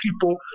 people